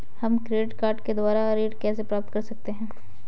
हम credit card के द्वारा ऋण कैसे प्राप्त कर सकते हैं?